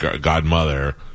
godmother